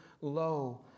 Lo